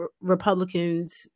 Republicans